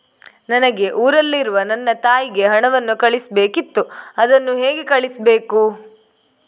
ನನಗೆ ಊರಲ್ಲಿರುವ ನನ್ನ ತಾಯಿಗೆ ಹಣವನ್ನು ಕಳಿಸ್ಬೇಕಿತ್ತು, ಅದನ್ನು ಹೇಗೆ ಕಳಿಸ್ಬೇಕು?